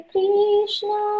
Krishna